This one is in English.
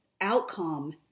outcome